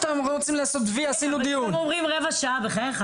הם אומרים רבע שעה, משה.